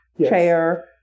chair